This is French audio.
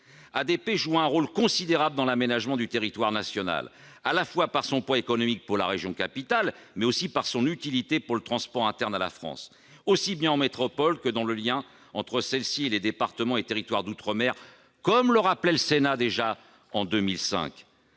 ADP joue un rôle considérable dans l'aménagement du territoire national, à la fois par son poids économique pour la région capitale, mais aussi par son utilité pour le transport interne à la France, aussi bien en métropole que dans le lien entre celle-ci et les départements et territoires d'outre-mer, comme le Sénat le rappelait déjà en 2005.